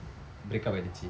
break up ஆகிவிட்டது:aakivittathu